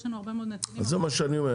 יש לנו הרבה --- זה מה שאני אומר,